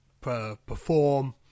perform